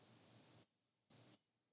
um the 整肃